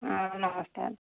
ହଁ ନମସ୍କାର